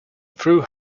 through